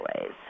ways